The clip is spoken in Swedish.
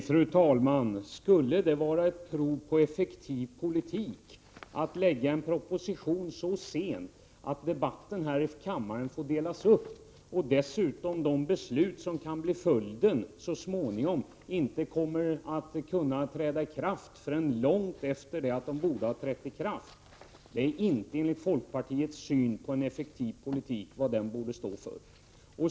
Fru talman! Skulle det vara ett prov på effektiv politik att lägga fram en proposition så sent att debatten i kammaren måste delas upp och att dessutom det som så småningom beslutas inte kommer att kunna träda i kraft förrän långt efteråt? Det är inte folkpartiets uppfattning om vad en effektiv politik bör stå för.